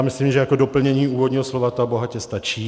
Myslím, že jako doplnění úvodního slova to bohatě stačí.